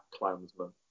Clownsman